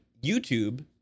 YouTube